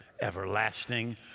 everlasting